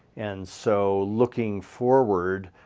and so looking forward,